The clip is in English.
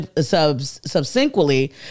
subsequently